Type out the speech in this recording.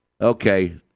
Okay